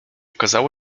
okazało